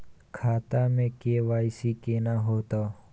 खाता में के.वाई.सी केना होतै?